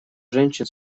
женщин